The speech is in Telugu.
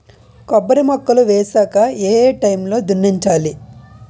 కొబ్బరి మొక్కలు వేసాక ఏ ఏ టైమ్ లో దున్నించాలి?